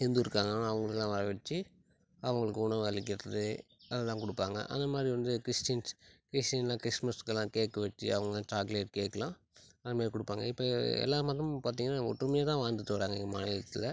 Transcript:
ஹிந்து இருக்காங்கனா அவங்களெல்லாம் வர வச்சு அவங்களுக்கு உணவு அளிக்கிறது அதெலாம் கொடுப்பாங்க அந்தமாதிரி வந்து கிறிஸ்டின்ஸ் கிறிஸ்டின்லாம் கிறிஸ்மஸ்க்குலாம் கேக்கு வெட்டி அவங்க சாக்லெட் கேக்குலாம் அதுமாரி கொடுப்பாங்க இப்போ எல்லா மதமும் பார்த்தீங்கன்னா ஒற்றுமையாக தான் வாழ்ந்துகிட்டு வர்றாங்க எங்கள் மாநிலத்தில்